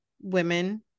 women